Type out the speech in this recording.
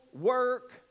work